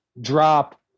Drop